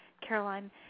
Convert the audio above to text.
Caroline